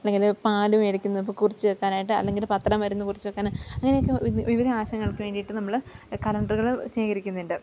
അല്ലെങ്കിൽ പാല് മേടിക്കുന്ന ഇപ്പം കുറിച്ച് വെക്കാനായിട്ട് അല്ലെങ്കിൽ പത്രം വരുന്നത് കുറിച്ചു വെക്കാൻ അങ്ങനെയൊക്കെ വിധ വിവിധ ആവശ്യങ്ങൾക്ക് വേണ്ടിയിട്ട് നമ്മൾ കലണ്ടറുകൾ ശേഖരിക്കുന്നുണ്ട്